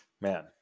Man